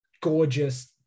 gorgeous